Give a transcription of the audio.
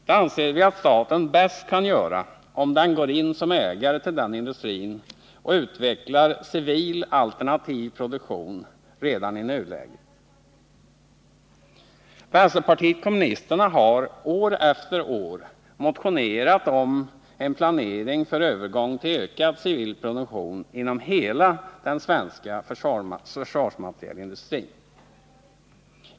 Det anser vi att staten bäst kan göra om den går in som ägare till denna industri och utvecklar civil alternativ produktion redan i nuläget. Vänsterpartiet kommunisterna har, år efter år, motionerat om en planering för övergång till ökad civil produktion inom hela den svenska försvarsmaterielindustrin.